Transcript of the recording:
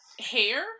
hair